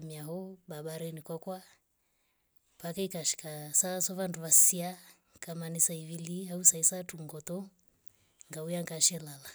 miahou baberini kokukwa mpaka ikashika saa sovanduviasya kama ni saa ivili au saa isatu ngoto ngauya ngashelala.